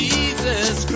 Jesus